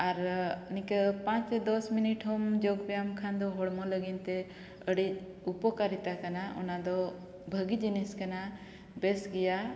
ᱟᱨ ᱱᱤᱝᱠᱟᱹ ᱯᱟᱸᱪ ᱥᱮ ᱫᱚᱥ ᱢᱤᱱᱤᱴ ᱦᱚᱸᱢ ᱡᱳᱜᱽ ᱵᱮᱭᱟᱢ ᱠᱷᱟᱱ ᱫᱚ ᱦᱚᱲᱢᱚ ᱞᱟᱹᱜᱤᱫᱼᱛᱮ ᱟᱹᱰᱤ ᱩᱯᱚᱠᱟᱨᱤᱛᱟ ᱠᱟᱱᱟ ᱚᱱᱟᱫᱚ ᱵᱷᱟᱹᱜᱤ ᱡᱤᱱᱤᱥ ᱠᱟᱱᱟ ᱵᱮᱥ ᱜᱮᱭᱟ